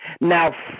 Now